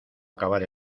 acabar